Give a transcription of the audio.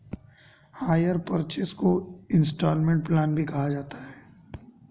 higher purchase को instalment plan भी कहा जाता है